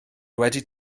wedi